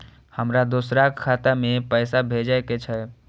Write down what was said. हमरा दोसराक खाता मे पाय भेजे के छै?